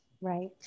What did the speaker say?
Right